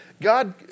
God